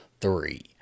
three